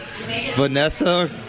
Vanessa